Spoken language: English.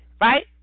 right